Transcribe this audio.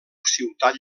ciutat